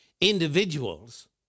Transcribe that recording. individuals